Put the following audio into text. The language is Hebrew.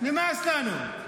נמאס לנו.